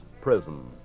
prison